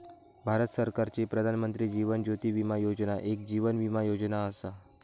भारत सरकारची प्रधानमंत्री जीवन ज्योती विमा योजना एक जीवन विमा योजना असा